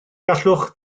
gallwch